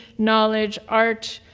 knowledge, art,